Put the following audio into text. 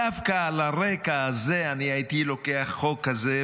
דווקא על הרקע הזה הייתי לוקח חוק כזה,